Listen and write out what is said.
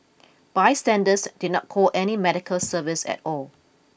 bystanders did not call any medical service at all